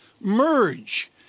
Merge